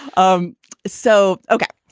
um so, ok.